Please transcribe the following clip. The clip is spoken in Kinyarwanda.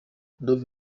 dove